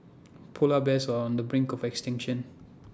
Polar Bears are on the brink of extinction